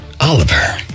Oliver